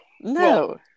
No